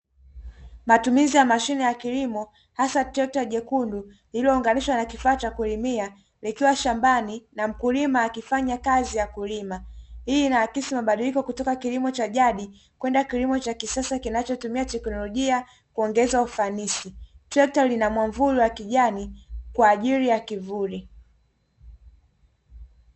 Matumizi ya mashine ya kilimo hasa trekta jekundu liliyounganishwa na kifaa cha kulimia likiwa shambani na mkulima akifanya kazi ya kulima, ili na akisi mabadiliko kutoka kilimo cha jadi kwenda kilimo cha kisasa kinachotumia teknolojia kuongeza ufanisi, trekta lina mwamvuli wa kijani kwa ajili ya kivuli.